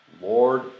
Lord